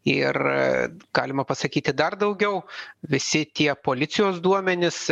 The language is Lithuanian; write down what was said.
ir galima pasakyti dar daugiau visi tie policijos duomenys